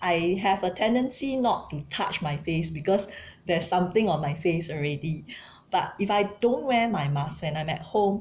I have a tendency not to touch my face because there's something on my face already but if I don't wear my mask when I'm at home